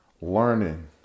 learning